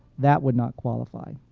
that would not qualify.